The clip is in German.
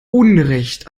unrecht